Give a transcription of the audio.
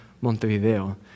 Montevideo